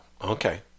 Okay